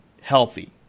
healthy